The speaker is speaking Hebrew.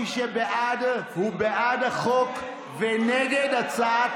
מי שבעד הוא בעד החוק ונגד הצעת,